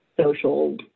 social